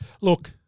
Look